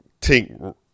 Tink